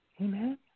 Amen